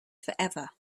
forever